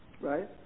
right